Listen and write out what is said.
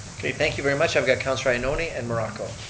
okay, thank you very much. i've got councillor ioannoni and morocco.